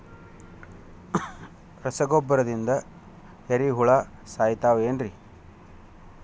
ರಸಗೊಬ್ಬರದಿಂದ ಏರಿಹುಳ ಸಾಯತಾವ್ ಏನ್ರಿ?